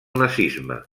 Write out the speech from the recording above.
nazisme